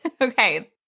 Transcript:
Okay